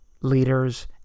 leaders